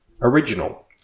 original